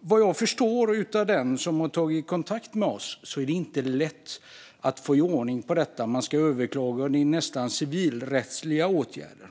Vad jag förstår av den som har tagit kontakt med mig är det inte lätt att få ordning på detta. Man ska överklaga, och det handlar om civilrättsliga åtgärder.